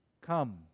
Come